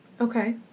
Okay